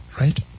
right